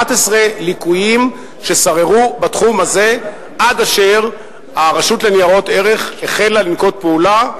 11 ליקויים שררו בתחום הזה עד אשר הרשות לניירות ערך החלה לנקוט פעולה.